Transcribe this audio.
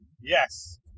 Yes